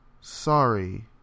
sorry